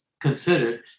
considered